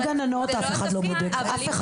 גננות, אף אחד לא בודק אותן.